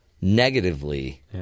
negatively